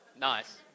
Nice